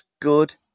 good